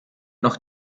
noch